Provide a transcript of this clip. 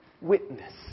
witness